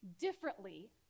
differently